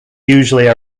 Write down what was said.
usually